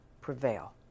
prevail